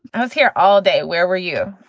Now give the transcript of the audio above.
i was here all day. where were you?